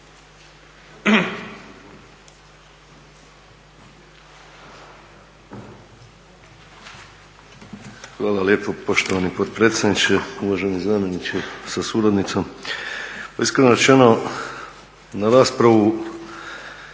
Hvala lijepo poštovani potpredsjedniče. Uvaženi zamjeniče sa suradnicom. Iskreno rečeno, na raspravu